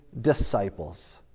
disciples